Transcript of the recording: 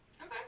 Okay